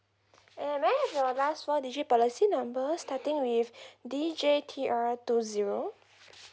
and may I have your last four digit policy number starting with D J T R two zero